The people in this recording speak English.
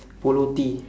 polo tee